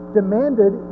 demanded